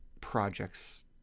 projects